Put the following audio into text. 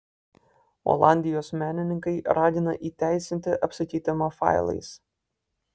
olandijos menininkai ragina įteisinti apsikeitimą failais